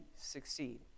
succeed